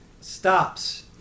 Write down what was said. stops